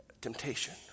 Temptation